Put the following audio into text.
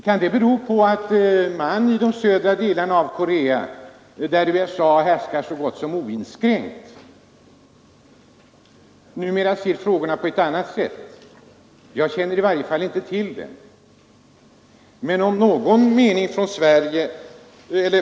Kan det bero på att man i de södra delarna av Korea, där USA har härskat så gott som oinskränkt, numera ser frågorna på ett annat sätt? Jag känner i varje fall inte till något härom.